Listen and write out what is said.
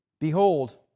Behold